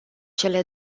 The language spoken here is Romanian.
cele